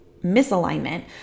misalignment